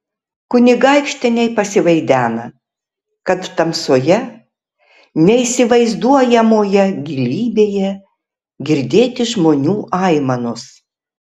kunigaikštienei pasivaidena kad tamsoje neįsivaizduojamoje gilybėje girdėti žmonių aimanos